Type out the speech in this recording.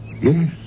yes